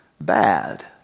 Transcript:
bad